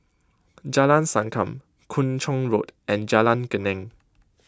Jalan Sankam Kung Chong Road and Jalan Geneng